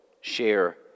share